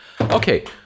Okay